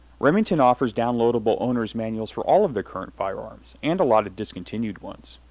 remington offers downloadable owner's manuals for all of their current firearms and a lot of discontinued ones.